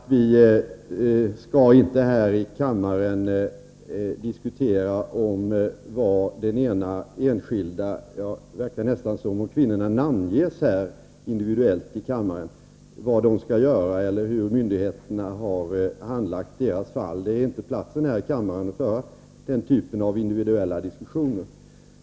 Herr talman! Inga Lantz vet mycket väl att vi här i kammaren inte skall diskutera vad någon enskild människa skall göra — det är på gränsen till att kvinnorna namnges här — eller hur myndigheterna har handlagt deras fall. Kammaren är inte rätta platsen att föra den typen av diskussioner.